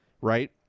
right